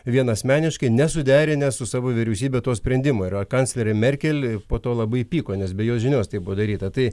vienasmeniškai nesuderinęs su savo vyriausybe to sprendimo ir kanclerė merkel po to labai pyko nes be jos žinios tai buvo daryta tai